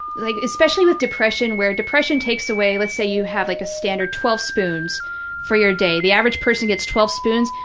like especially with depression, where depression takes away, let's say you have like a standard twelve spoons for your day. the average person gets twelve spoons.